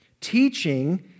teaching